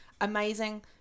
amazing